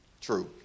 True